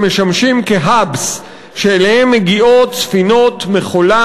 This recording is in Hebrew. שמשמשים כ-hubs שאליהם מגיעות ספינות מכולה